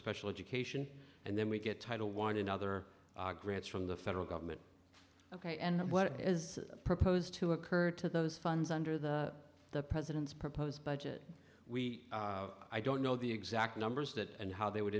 special education and then we get title one and other grants from the federal government ok and what is proposed to occur to those funds under the president's proposed budget we i don't know the exact numbers that and how they would